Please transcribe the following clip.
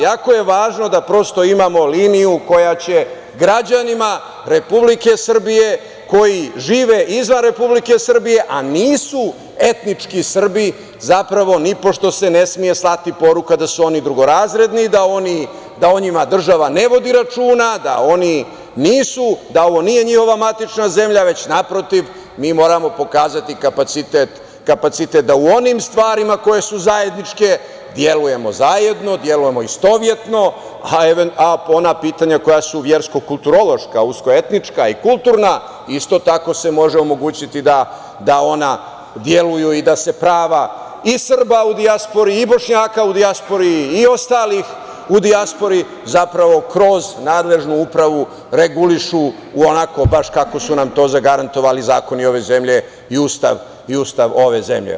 Jako je važno da imamo liniju koja će građanima Republike Srbije koji žive izvan Republike Srbije, a nisu etnički Srbi, zapravo, nipošto se ne sme slati poruka da su oni drugorazredni, da o njima država ne vodi računa, da ovo nije njihova matična zemlja, već naprotiv mi moramo pokazati kapacitet da u onim stvarima koje su zajedničke delujemo zajedno, delujemo istovetno, a ona pitanja koja su versko-kulturološka, usko etnička i kulturna, isto tako se može omogućiti da ona deluju i da se prava i Srba u dijaspori i Bošnjaka u dijaspori i ostalih u dijaspori, kroz nadležnu upravu regulišu onako kako su nam to zagarantovali zakoni ove zemlje i Ustav ove zemlje.